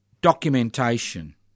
documentation